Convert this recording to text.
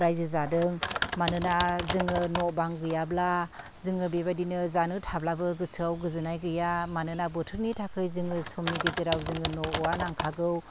रायजो जादों मानोना जोङो न' बां गैयाब्ला जोङो बेबायदिनो जानो थाब्लाबो गोसोआव गोजोननाय गैया मानोना बोथोरनि थाखै जोङो समनि गेजेराव जोङो न'आ नांखागौ